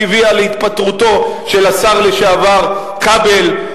שהביאה להתפטרותו של השר לשעבר כבל.